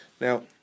Now